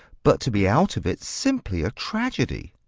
but to be out of it simply a tragedy.